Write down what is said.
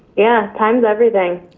yeah, time's everything.